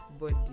body